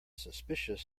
suspicious